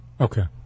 Okay